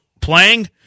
playing